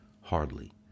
Hardly